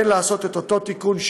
כן לעשות את אותו תיקון,